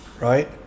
right